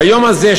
והיום הזה,